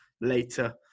later